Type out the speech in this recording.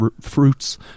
fruits